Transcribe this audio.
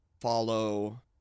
follow